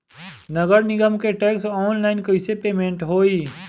नगर निगम के टैक्स ऑनलाइन कईसे पेमेंट होई?